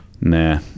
nah